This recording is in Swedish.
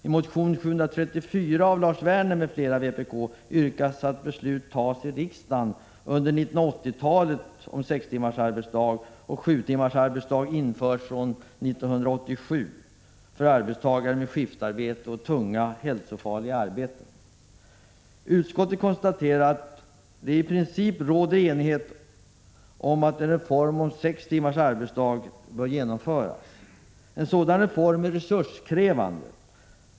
I motion 1985/86:A734 av Lars Werner m.fl. yrkas bl.a. att beslut tas i riksdagen under 1980-talet om sextimmarsdag och att sjutimmarsdag införs från 1987 för arbetstagare med skiftarbete och tunga och hälsofarliga arbeten. Utskottet konstaterar att det i princip råder enighet om att en reform som ger sex timmars arbetsdag bör genomföras. En sådan reform är resurskrävande.